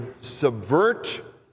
subvert